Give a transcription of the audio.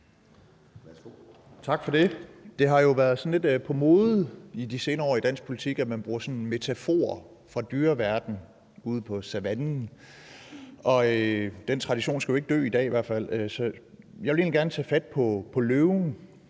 Tak for det. Det har jo været sådan lidt på mode i de senere år i dansk politik, at man bruger metaforer fra dyreverdenen ude på savannen, og den tradition skal jo i hvert fald ikke dø i dag. Så jeg vil egentlig gerne tage fat på løven.